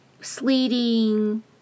sleeting